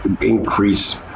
increase